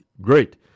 great